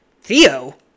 Theo